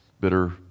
bitter